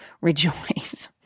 rejoice